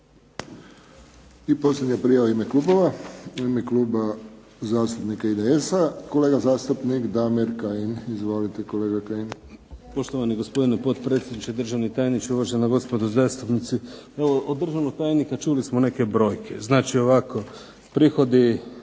I posljednja prijava u ime klubova. U ime Kluba zastupnika IDS-a kolega zastupnik Damir Kajin. Izvolite kolega. **Kajin, Damir (IDS)** Poštovani gospodine potpredsjedniče, uvaženi državni tajniče, uvažena gospodo zastupnici. Evo od državnog tajnika čuli smo neke brojke. Znači ovako prihodi